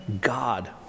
God